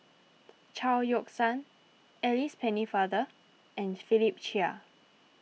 Chao Yoke San Alice Pennefather and Philip Chia